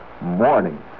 morning